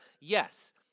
Yes